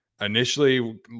initially